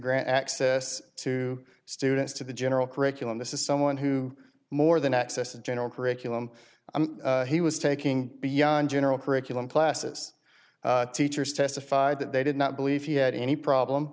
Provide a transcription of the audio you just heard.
grant access to students to the general curriculum this is someone who more than access a general curriculum he was taking beyond general curriculum classes teachers testified that they did not believe he had any problem